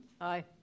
Aye